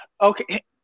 Okay